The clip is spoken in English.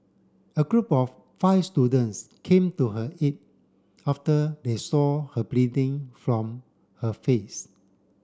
a group of five students came to her aid after they saw her bleeding from her face